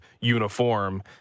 uniform